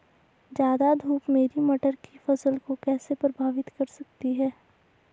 ज़्यादा धूप मेरी मटर की फसल को कैसे प्रभावित कर सकती है?